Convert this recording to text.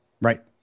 Right